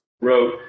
wrote